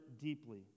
deeply